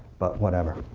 but whatever.